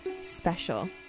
special